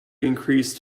increased